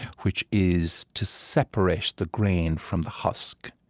which is to separate the grain from the husk.